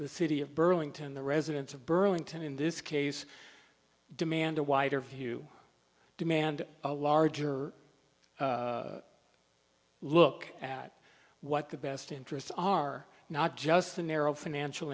the city of burlington the residents of burlington in this case demand a wider view demand a larger look at what the best interests are not just the narrow financial